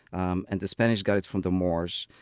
um and the spanish got it from the moors.